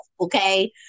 Okay